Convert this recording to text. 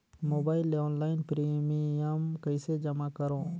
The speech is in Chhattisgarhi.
मोबाइल ले ऑनलाइन प्रिमियम कइसे जमा करों?